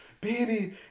Baby